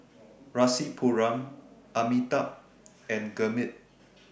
Rasipuram Amitabh and Gurmeet